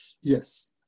Yes